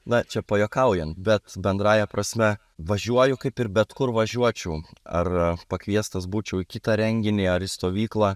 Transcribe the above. na čia pajuokaujant bet bendrąja prasme važiuoju kaip ir bet kur važiuočiau ar pakviestas būčiau į kitą renginį ar į stovyklą